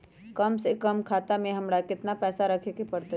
कम से कम खाता में हमरा कितना पैसा रखे के परतई?